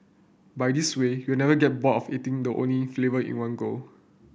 by this way you'll never get bored eating the only flavour in one go